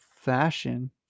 fashion